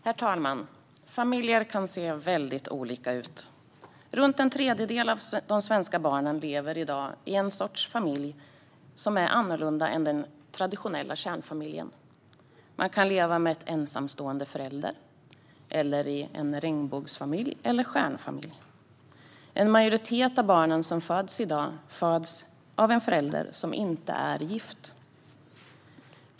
Herr talman! Familjer kan se väldigt olika ut. Runt en tredjedel av de svenska barnen lever i dag i en sorts familj som är annorlunda än den traditionella kärnfamiljen. Man kan leva med en ensamstående förälder eller i en regnbågsfamilj eller stjärnfamilj. En majoritet av barnen som föds i dag föds av en förälder som inte är gift.